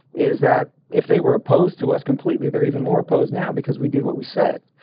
is that if they were opposed to us completely, they're even more opposed now because we did what we said.